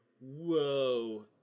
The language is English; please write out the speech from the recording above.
Whoa